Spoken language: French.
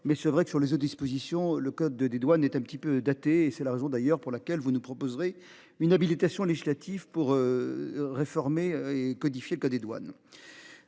Mais c'est vrai que sur les autres dispositions le code des douanes est un petit peu daté et c'est la raison d'ailleurs pour laquelle vous nous proposerez une habilitation législative pour. Réformer et codifié que des douanes.